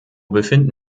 befinden